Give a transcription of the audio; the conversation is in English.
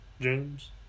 James